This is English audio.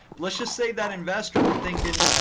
let's just say that investor, we're thinking,